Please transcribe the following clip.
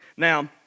Now